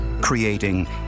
creating